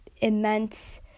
immense